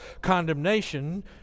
condemnation